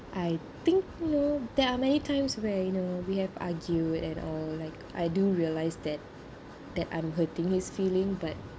I think you know there are many times where you know we have argued and all like I do realize that that I'm hurting his feeling but